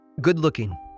Good-looking